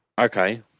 Okay